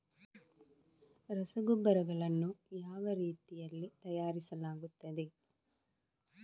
ರಸಗೊಬ್ಬರಗಳನ್ನು ಯಾವ ರೀತಿಯಲ್ಲಿ ತಯಾರಿಸಲಾಗುತ್ತದೆ?